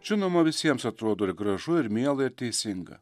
žinoma visiems atrodo ir gražu ir miela ir teisinga